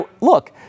look